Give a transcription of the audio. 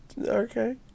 okay